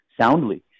soundly